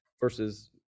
versus